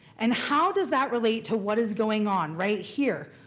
and how does that relate to what is going on right here,